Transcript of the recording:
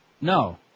No